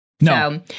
No